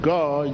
God